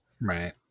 Right